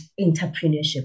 entrepreneurship